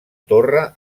torre